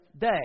day